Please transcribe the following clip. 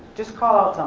just call out